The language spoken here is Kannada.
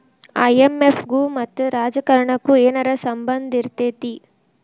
ಐ.ಎಂ.ಎಫ್ ಗು ಮತ್ತ ರಾಜಕಾರಣಕ್ಕು ಏನರ ಸಂಭಂದಿರ್ತೇತಿ?